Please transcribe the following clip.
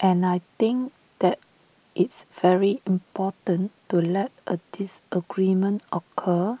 and I think that it's very important to let A disagreement occur